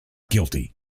guilty